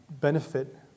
benefit